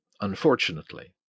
Unfortunately